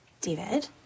David